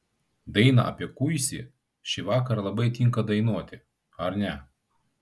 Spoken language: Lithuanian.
daina apie kuisį šį vakarą labai tinka dainuoti ar ne